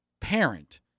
parent